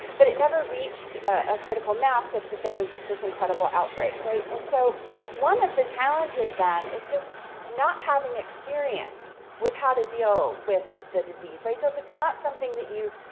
but it never reached a critical mass, such that there was this incredible outbreak, right, and so one of the challenges, then, is just not having experience with how to deal with the disease, right, so if it's not something that you've,